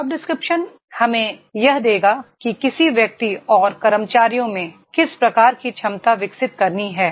job description हमें यह बताएगा कि किसी व्यक्ति और कर्मचारी में किस प्रकार की क्षमता विकसित करनी है